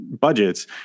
budgets